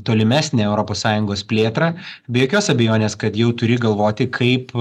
tolimesnę europos sąjungos plėtrą be jokios abejonės kad jau turi galvoti kaip